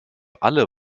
alle